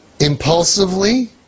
impulsively